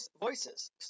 voices